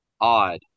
odd